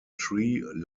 tree